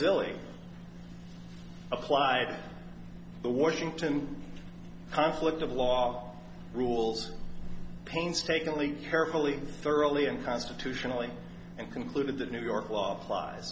silly applied the washington conflict of law rules painstakingly carefully thoroughly and constitutionally and concluded that new york law applies